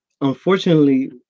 unfortunately